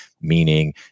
Meaning